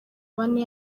bane